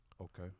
Okay